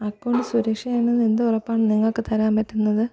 account സുരക്ഷയാണെന്ന് എന്ത് ഉറപ്പാണ് നിങ്ങൾക്കു തരാൻ പറ്റുന്നത്